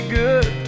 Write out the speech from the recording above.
good